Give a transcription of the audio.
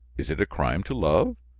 is it a crime to love?